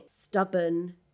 stubborn